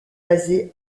basée